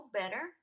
better